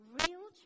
real